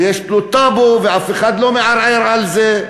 יש לו טאבו, ואף אחד לא מערער על זה,